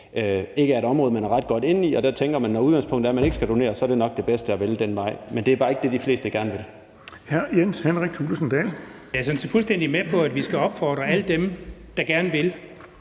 sidder med et område, man ikke ret godt inde i, og derfor tænker, at når udgangspunktet er, at man ikke skal donere, er det nok bedst at vælge den vej. Men det er bare ikke det, de fleste gerne vil.